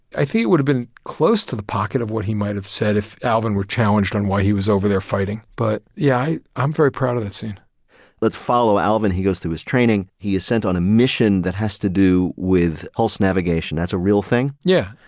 i think it would have been close to the pocket of what he might have said if alvin were challenged on why he was over there fighting. but yeah, i'm very proud of that scene. peter let's follow alvin. he goes to his training, he is sent on a mission that has to do with pulse navigation. that's a real thing? david yeah.